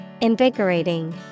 Invigorating